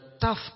tough